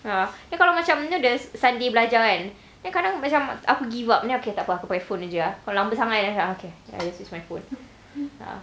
ya then kalau macam you know the sunday belajar kan then kadang-kadang aku give up okay takpe aku pakai fon jer ah kalau lama sangat okay I'll just use my phone ah